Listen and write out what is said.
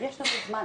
יש לנו זמן.